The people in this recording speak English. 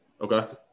Okay